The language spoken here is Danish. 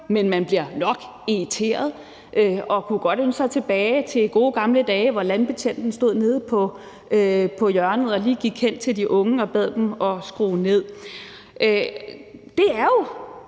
men man bliver nok irriteret og kunne godt ønske sig tilbage til gode gamle dage, hvor landbetjenten stod nede på hjørnet og lige gik hen til de unge og bad dem om at skrue ned. Det er jo